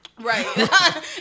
Right